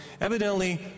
Evidently